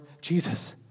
Jesus